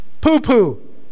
Poo-poo